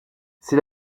c’est